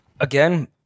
Again